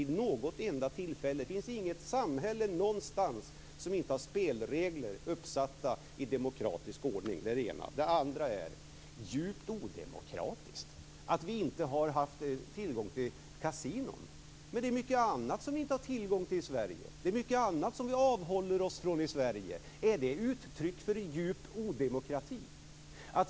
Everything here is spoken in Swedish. Det finns inte något samhälle som inte har i demokratisk ordning uppsatta spelregler. Är det djupt odemokratiskt att vi inte har haft tillgång till kasinon? Det är mycket annat som vi inte har tillgång till i Sverige. Det är mycket annat som vi avhåller oss från i Sverige. Är det uttryck för djup odemokrati?